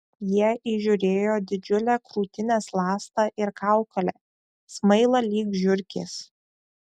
jie įžiūrėjo didžiulę krūtinės ląstą ir kaukolę smailą lyg žiurkės